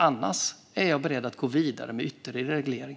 Annars är jag beredd att gå vidare med ytterligare reglering.